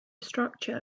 structure